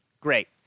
Great